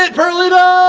ah perlita!